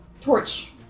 torch